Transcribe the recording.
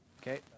Okay